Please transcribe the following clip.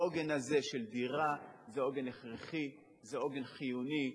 העוגן הזה של דירה זה עוגן הכרחי, עוגן חיוני.